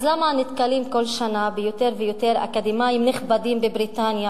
אז למה נתקלים כל שנה ביותר ויותר אקדמאים נכבדים בבריטניה,